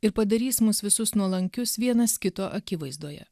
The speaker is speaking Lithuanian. ir padarys mus visus nuolankius vienas kito akivaizdoje